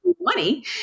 money